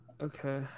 Okay